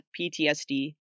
PTSD